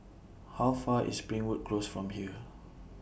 How Far IS Springwood Close from here